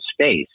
space